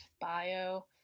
bio